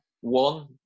one